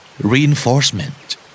Reinforcement